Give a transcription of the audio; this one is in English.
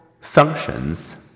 functions